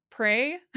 pray